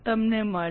તમને મળી